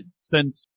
spent